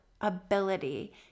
ability